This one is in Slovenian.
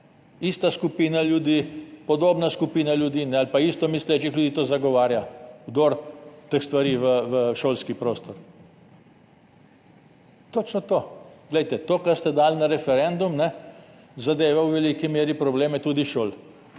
Ista skupina ljudi, podobna skupina ljudi ali pa enako mislečih ljudi to zagovarja – vdor teh stvari v šolski prostor. Točno to! To, kar ste dali na referendum, zadeva v veliki meri tudi probleme šol.